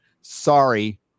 Sorry